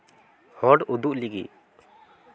ᱦᱚᱲ ᱩᱫᱩᱜ ᱞᱟᱹᱜᱤᱫ